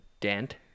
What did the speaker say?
dent